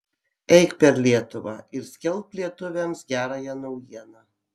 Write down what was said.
eik per lietuvą ir skelbk lietuviams gerąją naujieną